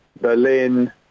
Berlin